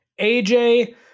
AJ